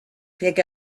pick